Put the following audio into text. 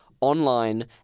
online